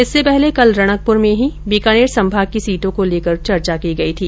इससे पहले कल रणकपुर में ही बीकानेर संभाग की सीटों को लेकर चर्चा की गई थी